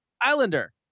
Islander